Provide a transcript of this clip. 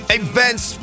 events